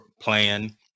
plan